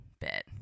bit